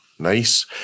Nice